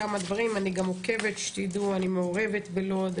שתדעו, אני עוקבת ומעורבת בלוד.